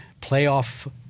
playoff –